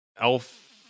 Elf